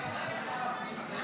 אני לא הייתי שר הפנים, אתה יכול.